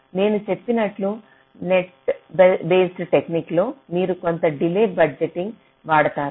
నేను చెప్పినట్లు net based technique లో మీరు కొంత డిలే బడ్జెటింగ్ వాడతారు